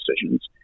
decisions